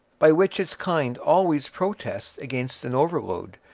by which its kind always protest against an overload,